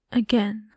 again